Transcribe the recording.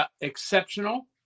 exceptional